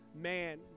man